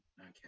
okay